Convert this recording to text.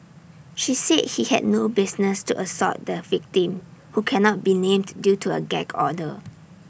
she said he had no business to assault the victim who cannot be named due to A gag order